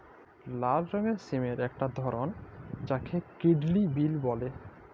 লাল রঙের সিমের একটি ধরল যাকে কিডলি বিল বল্যে